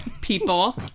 people